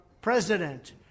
president